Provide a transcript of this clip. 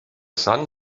son